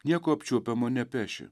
nieko apčiuopiamo nepeši